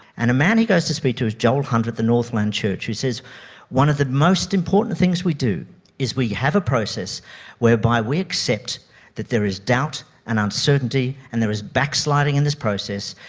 and a man he goes to speak to is joel hunter at the northland church who says one of the most important things we do is we have a process whereby we accept that there is doubt and uncertainty and there is backsliding in this process,